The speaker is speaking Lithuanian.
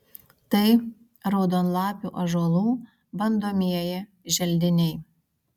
tai raudonlapių ąžuolų bandomieji želdiniai